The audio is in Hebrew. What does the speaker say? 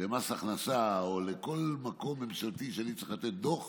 למס הכנסה או לכל מקום ממשלתי שאני צריך לתת בו דוח,